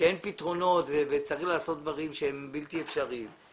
שאין פתרונות וצריך לעשות דברים שהם בלתי אפשריים,